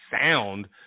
sound